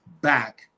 back